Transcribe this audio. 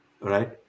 right